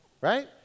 Right